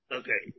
okay